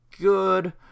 good